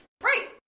Right